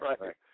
Right